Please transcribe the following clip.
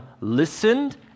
listened